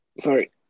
Sorry